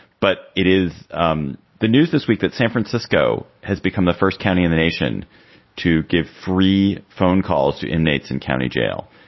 but it is um the news this week that san francisco has become the first county in the nation to give free phone calls to inmates in county jail.